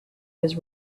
was